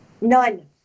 None